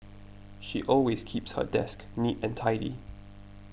she always keeps her desk neat and tidy